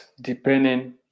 depending